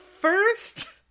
first